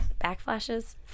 backflashes